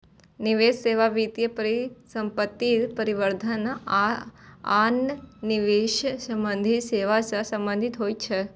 निवेश सेवा वित्तीय परिसंपत्ति प्रबंधन आ आन निवेश संबंधी सेवा सं संबंधित होइ छै